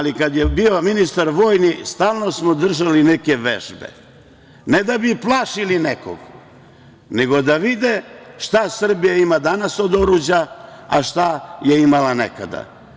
Kada je bio ministar vojni stalno smo držali neke vežbe, ne da bi plašili nekoga, nego da vide šta Srbija ima danas od oruđa, a šta je imala nekada.